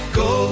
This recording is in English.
go